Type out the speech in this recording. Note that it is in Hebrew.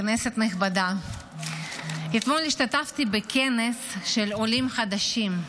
כנסת נכבדה, אתמול השתתפתי בכנס של עולים חדשים.